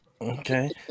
Okay